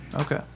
Okay